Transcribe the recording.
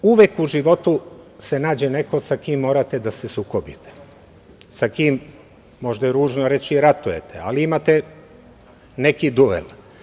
Uvek u životu se nađe neko sa kim morate da se sukobite, sa kim, možda je ružno reći ratujete, ali imate neki duel.